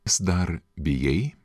vis dar bijai